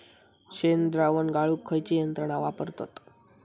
शेणद्रावण गाळूक खयची यंत्रणा वापरतत?